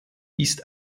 ist